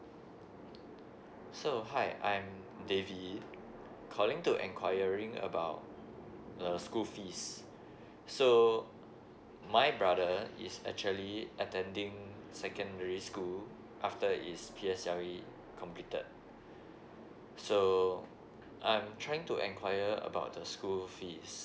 so hi I'm david calling to inquiring about uh school fees so my brother is actually attending secondary school after his P_S_L_E completed so I'm trying to enquirer about the school fees.